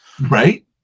right